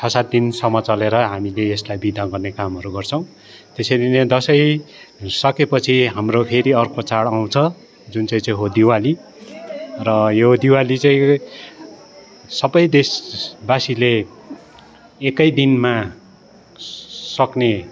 छ सात दिनसम्म चलेर हामीले यसलाई विदा गर्ने कामहरू गर्छौँ त्यसरी नै दसैँ सकेपछि हाम्रो फेरि अर्को चाड आउँछ जुन चाहिँ चाहिँ हो दिवाली र यो दिवाली चाहिँ सबै देशवासीले एकैदिनमा सक्ने